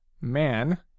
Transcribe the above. man